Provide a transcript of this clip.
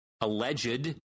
alleged